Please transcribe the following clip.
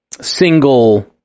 single